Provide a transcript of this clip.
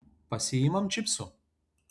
pasiimam čipsų